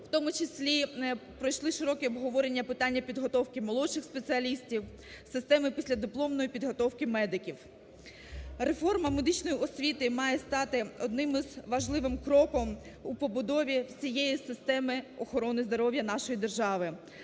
В тому числі пройшли широке обговорення питання підготовки молодших спеціалістів, системи післядипломної підготовки медиків. Реформа медичної освіти має стати одним із важливих кроків у побудові всієї системи охорони здоров'я нашої держави,